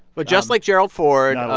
but just like gerald ford.